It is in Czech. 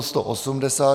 180.